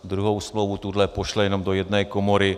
Druhou smlouvu, tuhle, pošle jenom do jedné komory.